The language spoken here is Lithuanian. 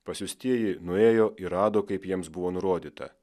pasiųstieji nuėjo ir rado kaip jiems buvo nurodyta